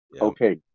Okay